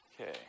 Okay